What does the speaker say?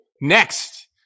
Next